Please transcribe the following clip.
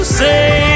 say